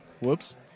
Whoops